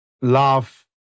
laugh